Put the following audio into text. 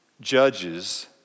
judges